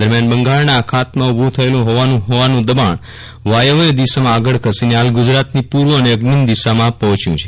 દરમ્યાન બંગાળના અખાતમાં ઊભું થયેલુ હવાનું હળવું દબાણ વાયવ્ય દિશામાં આગળ ખસીને હાલ ગુજરાતઅની પ્ર ર્વઅને અઝિ દિશામાં પહોચ્યું છે